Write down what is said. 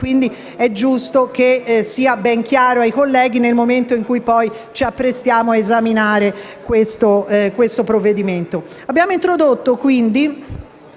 quindi giusto che sia ben chiaro ai colleghi nel momento in cui poi ci apprestiamo a esaminare il disegno di legge. Abbiamo introdotto la